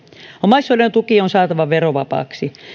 omaishoidon tuki on saatava verovapaaksi